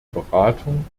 beratung